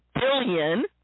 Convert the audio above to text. billion